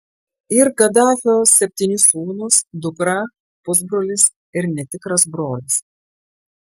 ir gadafio septyni sūnūs dukra pusbrolis ir netikras brolis